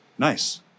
Nice